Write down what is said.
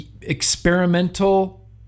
experimental